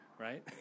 right